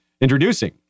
introducing